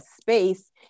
space